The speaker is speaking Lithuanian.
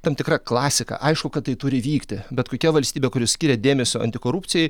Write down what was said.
tam tikra klasika aišku kad tai turi vykti bet kokia valstybė kuri skiria dėmesio antikorupcijai